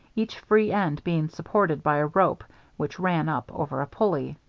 each free end being supported by a rope which ran up over a pulley.